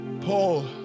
Paul